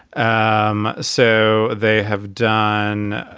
um so they have done.